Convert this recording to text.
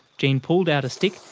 jean pulled out a stick,